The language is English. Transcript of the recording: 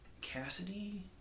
Cassidy